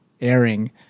airing